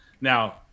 Now